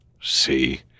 See